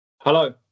Hello